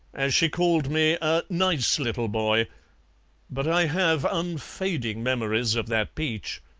as she called me a nice little boy but i have unfading memories of that peach.